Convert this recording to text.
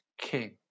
king